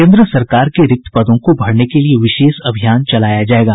केन्द्र सरकार के रिक्त पदों को भरने के लिए विशेष अभियान चलाया जायेगा